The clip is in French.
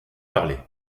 parlée